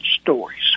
stories